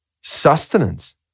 sustenance